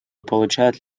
получают